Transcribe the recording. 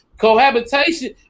cohabitation